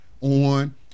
on